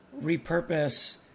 repurpose